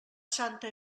santa